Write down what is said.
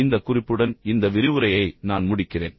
எனவே இந்த குறிப்புடன் இந்த விரிவுரையை நான் முடிக்கிறேன்